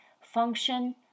function